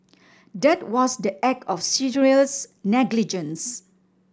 that was the act of serious negligence